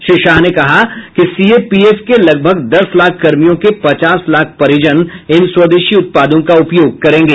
श्री शाह ने कहा कि सीएपीएफ के लगभग दस लाख कर्मियों के पचास लाख परिजन इन स्वदेशी उत्पादों का उपयोग करेंगे